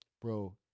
bro